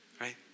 right